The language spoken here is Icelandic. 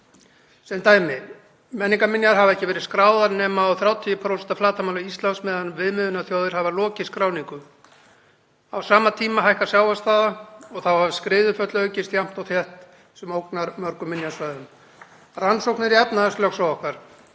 Sem dæmi: Menningarminjar hafa ekki verið skráðar nema á 30% af flatarmáli Íslands en viðmiðunarþjóðir hafa lokið skráningu. Á sama tíma hækkar sjávarstaða og þá hafa skriðuföll aukist jafnt og þétt sem ógnar mörgum minjasvæðum. Rannsóknum í efnahagslögsögu okkar